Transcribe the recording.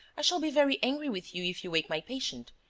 i shall be very angry with you if you wake my patient.